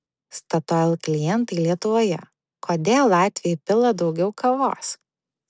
statoil klientai lietuvoje kodėl latviai pila daugiau kavos